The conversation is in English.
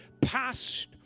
past